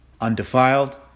undefiled